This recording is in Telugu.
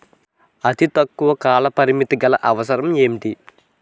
అతి తక్కువ కాల పరిమితి గల అవసరం ఏంటి